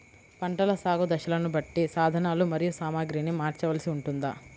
పంటల సాగు దశలను బట్టి సాధనలు మరియు సామాగ్రిని మార్చవలసి ఉంటుందా?